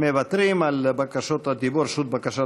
מוותרים על רשות הדיבור.